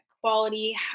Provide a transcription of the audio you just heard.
quality